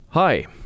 Hi